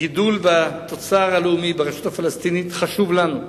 הגידול בתוצר הלאומי ברשות הפלסטינית חשוב לנו,